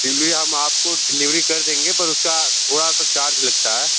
दिल्ली हम आपको को डेलीवेरी कर देंगे पर उसका थोड़ा सा चार्ज लगता है